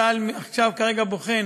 צה"ל כרגע בוחן